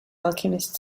alchemist